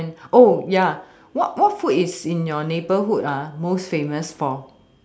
and ya what what most food is in your neighbourhood ah most famous for